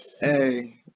hey